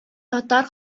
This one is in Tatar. татар